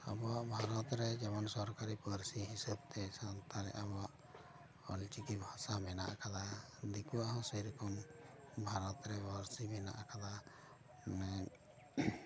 ᱟᱵᱚᱣᱟᱜ ᱵᱷᱟᱨᱚᱛ ᱨᱮ ᱡᱮᱢᱚᱱ ᱥᱚᱨᱠᱟᱨᱤ ᱯᱟᱹᱨᱥᱤ ᱦᱤᱥᱟᱹᱵᱽᱛᱮ ᱥᱟᱱᱛᱟᱲᱤ ᱟᱵᱚᱣᱟᱜ ᱚᱞ ᱪᱤᱠᱤ ᱵᱷᱟᱥᱟ ᱢᱮᱱᱟᱜ ᱟᱠᱟᱫᱟ ᱫᱤᱠᱩᱣᱟᱜ ᱦᱚᱸ ᱥᱮ ᱨᱚᱠᱚᱢ ᱵᱷᱟᱨᱚᱛ ᱨᱮ ᱯᱟᱹᱨᱥᱤ ᱢᱮᱱᱟᱜ ᱟᱠᱟᱫᱟ ᱢᱟᱱᱮ